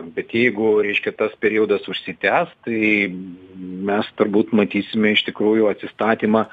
bet jeigu reiškia tas periodas užsitęs tai mes turbūt matysime iš tikrųjų atsistatymą